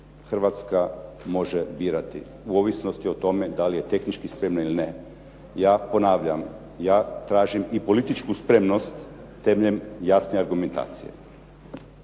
Hrvatska može birati u ovisnosti o tome da li je tehnički spremna ili ne. Ja ponavljam. Ja tražim i političku spremnost temeljem jasne argumentacije.